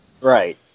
Right